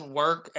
work